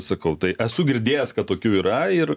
sakau tai esu girdėjęs kad tokių yra ir